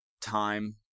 time